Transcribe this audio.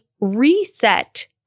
reset